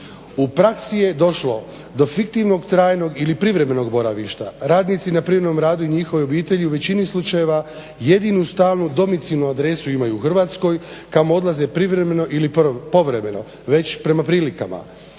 U praksi je došlo do fiktivnog, trajnog ili privremenog boravišta. Radnici na privremenom radu i njihove obitelji u većini slučajeva jedinu stalnu domicilnu adresu imaju u Hrvatskoj kamo odlaze privremeno ili povremeno, već prema prilikama.